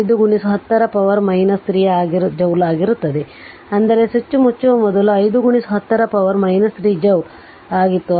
5 10 ರ power 3 joule ಆಗಿತ್ತು ಅಂದರೆ ಸ್ವಿಚ್ ಮುಚ್ಚುವ ಮೊದಲು ಅದು 5 10 ರ ಪವರ್ 3 ಜೌಲ್ ಆಗಿತ್ತು